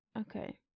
Okay